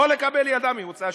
שלא לקבל ילדה ממוצא אשכנזי.